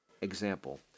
example